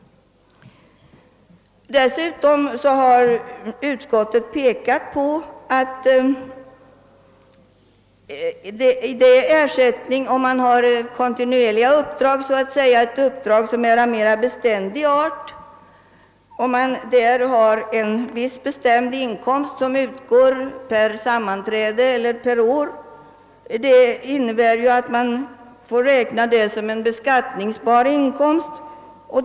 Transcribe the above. Dessutom har utskottet pekat på att den ersättning, som utgår om en person har uppdrag som är så att säga av mera beständig art och för vilka det utgår en viss bestämd inkomst per sammanträde eller per år, ju får betraktas såsom en beskattningsbar inkomst.